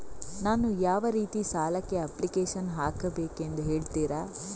ನಾನು ಯಾವ ರೀತಿ ಸಾಲಕ್ಕೆ ಅಪ್ಲಿಕೇಶನ್ ಹಾಕಬೇಕೆಂದು ಹೇಳ್ತಿರಾ?